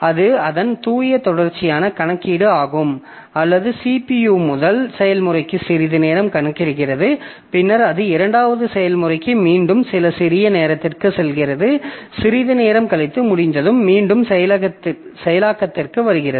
அது அதன் தூய தொடர்ச்சியான கணக்கீடு ஆகும் அல்லது CPU முதல் செயல்முறைக்கு சிறிது நேரம் கணக்கிடுகிறது பின்னர் அது இரண்டாவது செயல்முறைக்கு மீண்டும் சில சிறிய நேரத்திற்கு செல்கிறது சிறிது நேரம் கழித்து முடிந்ததும் மீண்டும் செயலாக்கத்திற்கு வருகிறது